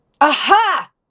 Aha